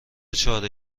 چاره